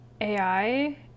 AI